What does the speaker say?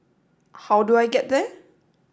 how do I get there